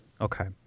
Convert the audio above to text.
okay